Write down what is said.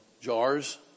jars